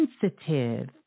Sensitive